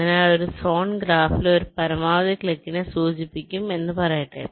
അതിനാൽ ഒരു സോൺ ഗ്രാഫിൽ ഒരു പരമാവധി ക്ലിക്കിനെ സൂചിപ്പിക്കും പറയട്ടെ